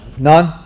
None